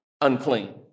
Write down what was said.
unclean